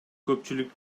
көпчүлүк